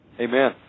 amen